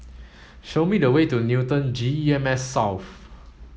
show me the way to Newton G E M S South